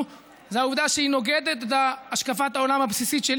העובדה שהיא נוגדת את השקפת העולם הבסיסית שלי.